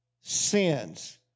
sins